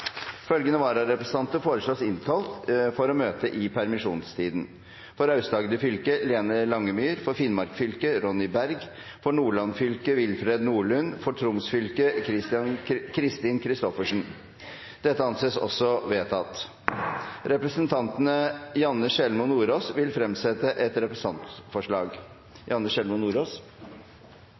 Følgende vararepresentanter innkalles for å møte i permisjonstiden: For Aust-Agder fylke: Lene LangemyrFor Finnmark fylke: Ronny BergFor Nordland fylke: Willfred NordlundFor Troms fylke: Christin Kristoffersen Representanten Janne Sjelmo Nordås vil fremsette et